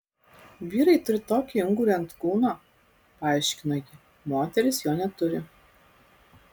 vyrai turi tokį ungurį ant kūno paaiškino ji moterys jo neturi